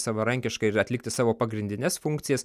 savarankiškai ir atlikti savo pagrindines funkcijas